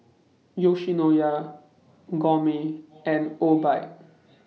Yoshinoya Gourmet and Obike